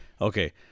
okay